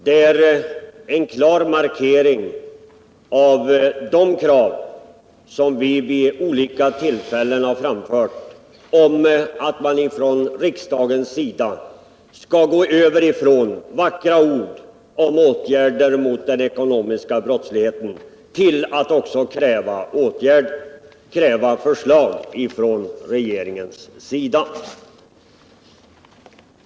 Den är en klar markering av de krav som vi vid olika tillfällen har framfört om att riksdagen skall gå över från vackra ord om åtgärder mot den ekonomiska brottsligheten till att också kräva åtgärder och förslag från regeringens sida.